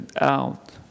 out